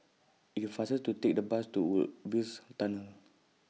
IT IS faster to Take The Bus to Woodsville's Tunnel